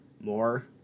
more